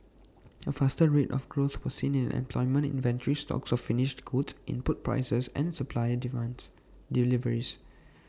A faster rate of growth was seen in employment inventory stocks of finished goods input prices and supplier demands deliveries